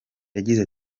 yagize